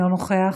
אינו נוכח,